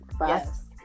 Yes